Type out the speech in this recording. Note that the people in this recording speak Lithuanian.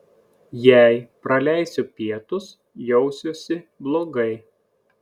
jei praleisiu pietus jausiuosi blogai